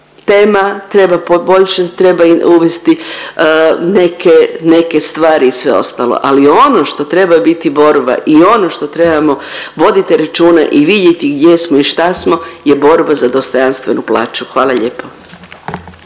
tema treba poboljšati, treba uvesti neke, neke stvari i sve ostalo. Ali ono što treba biti borba i ono što trebamo voditi računa i vidjeti gdje smo i šta smo, je borba za dostojanstvenu plaću. Hvala lijepo.